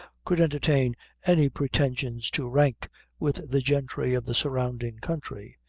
could entertain any pretensions to rank with the gentry of the surrounding country.